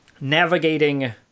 navigating